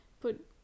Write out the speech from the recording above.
put